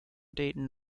dayton